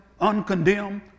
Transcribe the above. uncondemned